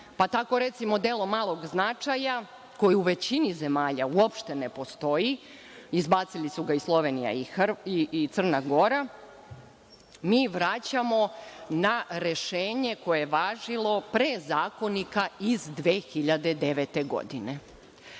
Tako, recimo, delo malog značaja, koji u većini zemalja uopšte ne postoji, izbacili su ga i Slovenija i Crna Gora, mi vraćamo na rešenje koje je važilo pre zakonika iz 2009. godine. Onda